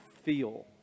feel